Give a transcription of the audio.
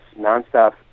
nonstop